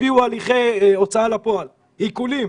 תקפיאו הליכי הוצאה לפועל, עיקולים.